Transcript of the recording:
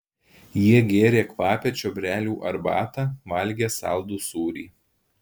jie gėrė kvapią čiobrelių arbatą valgė saldų sūrį